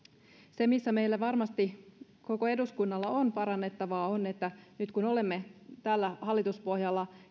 se missä meillä koko eduskunnalla varmasti on parannettavaa on se että nyt kun olemme tällä hallituspohjalla